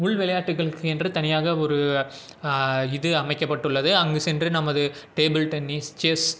உள் விளையாட்டுகளுக்கு என்று தனியாக ஒரு இது அமைக்கப்பட்டுள்ளது அங்கு சென்று நமது டேபிள் டென்னிஸ் செஸ்